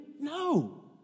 No